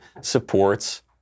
supports